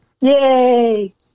Yay